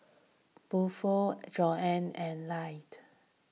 Buford Joanna and light